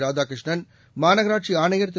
ராதாகிருஷ்ணன் மாநகராட்சி ஆணையர் திரு